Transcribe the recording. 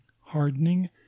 hardening